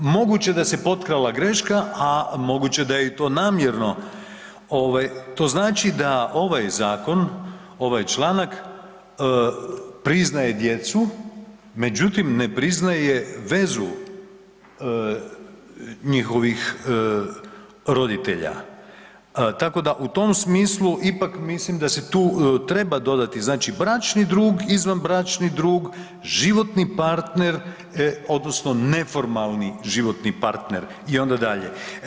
Moguće da se potkrala greška, a moguće da je i to namjerno ovaj, to znači da ovaj zakon, ovaj članak priznaje djecu, međutim ne priznaje vezu njihovih roditelja, tako da u tom smislu ipak mislim da se tu treba dodati znači bračni drug, izvanbračni drug, životni partner odnosno neformalni životni partner i onda dalje.